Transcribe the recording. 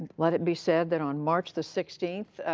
let it be said that, on march the sixteenth,